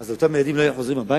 אז אותם ילדים לא היו חוזרים הביתה?